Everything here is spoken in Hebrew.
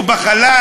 הוא בחלל,